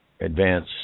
advance